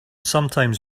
sometimes